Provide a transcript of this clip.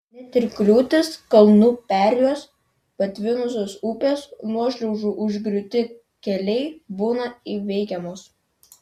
net ir kliūtys kalnų perėjos patvinusios upės nuošliaužų užgriūti keliai būna įveikiamos